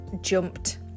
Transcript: jumped